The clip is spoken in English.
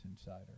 Insider